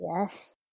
Yes